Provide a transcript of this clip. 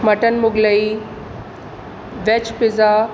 mutton Mughlai veg pizza